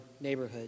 neighborhood